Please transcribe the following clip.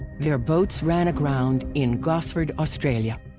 their boats ran aground in gosford, australia.